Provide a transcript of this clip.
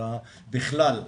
אלא בכלל,